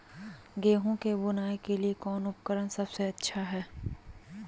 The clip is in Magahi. गेहूं के बुआई के लिए कौन उपकरण सबसे अच्छा है?